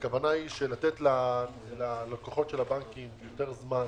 הכוונה היא לתת ללקוחות של הבנקים יותר זמן